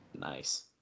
Nice